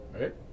Right